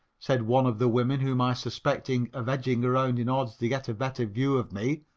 said one of the women whom i suspected of edging around in order to get a better view of me,